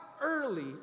early